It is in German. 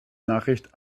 nachricht